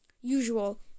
usual